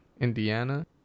Indiana